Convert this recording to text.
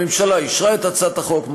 הממשלה אישרה את הצעת החוק.